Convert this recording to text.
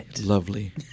Lovely